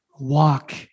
walk